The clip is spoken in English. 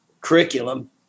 curriculum